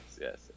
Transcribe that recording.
yes